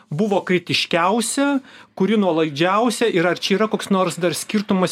buvo kritiškiausia kuri nuolaidžiausia ir ar čia yra koks nors dar skirtumas